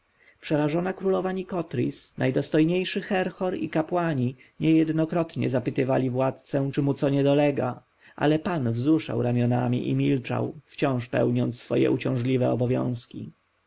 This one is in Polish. przerażona królowa nikotris najdostojniejszy herhor i kapłani niejednokrotnie zapytywali władcę czy mu co nie dolega ale pan wzruszał ramionami i milczał wciąż pełniąc swoje uciążliwe obowiązki